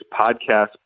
podcast